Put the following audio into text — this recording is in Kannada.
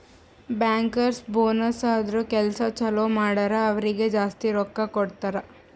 ಬ್ಯಾಂಕರ್ಸ್ ಬೋನಸ್ ಅಂದುರ್ ಕೆಲ್ಸಾ ಛಲೋ ಮಾಡುರ್ ಅವ್ರಿಗ ಜಾಸ್ತಿ ರೊಕ್ಕಾ ಕೊಡ್ತಾರ್